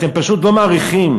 אתם פשוט לא מעריכים.